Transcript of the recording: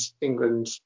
England